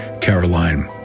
Caroline